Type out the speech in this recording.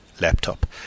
laptop